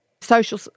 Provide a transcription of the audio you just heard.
social